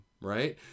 right